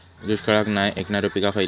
दुष्काळाक नाय ऐकणार्यो पीका खयली?